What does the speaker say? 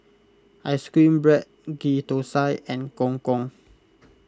Ice Cream Bread Ghee Thosai and Gong Gong